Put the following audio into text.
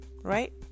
right